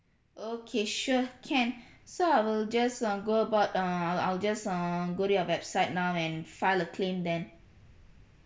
okay sure can so I will just uh go about err I'll just err go to your website now and file a claim then